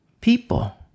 People